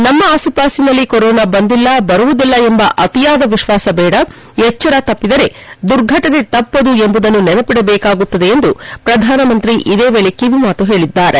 ನಮ್ಮ ಆಸುಪಾಸಿನಲ್ಲಿ ಕೊರೋನಾ ಬಂದಿಲ್ಲ ಬರುವುದಿಲ್ಲ ಎಂಬ ಅತಿಯಾದ ವಿಶ್ವಾಸ ಬೇಡ ಎಚ್ಚರ ತಪ್ಪಿದರೆ ದುರ್ಘಟನೆ ತಪ್ಪದು ಎಂಬುದನ್ನು ನೆನಪಿದಬೇಕಾಗುತ್ತದೆ ಎಂದು ಪ್ರಧಾನಮಂತ್ರಿ ಕಿವಿ ಮಾತು ಹೇಳಿದ್ದಾರೆ